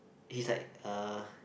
he's like uh